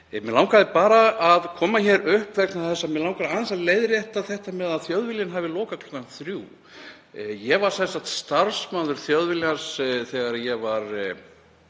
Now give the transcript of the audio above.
Mig langaði bara að koma hér upp vegna þess að mig langar aðeins að leiðrétta þetta með að Þjóðviljinn hafi lokað klukkan þrjú. Ég var starfsmaður Þjóðviljans þegar ég var